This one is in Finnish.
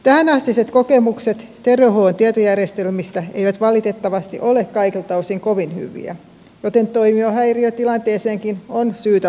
tähänastiset kokemukset terveydenhuollon tietojärjestelmistä eivät valitettavasti ole kaikilta osin kovin hyviä joten toimintahäiriötilanteeseenkin on syytä varautua